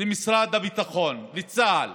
למשרד הביטחון, לצה"ל.